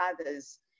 others